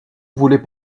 voulaient